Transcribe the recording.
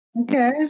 Okay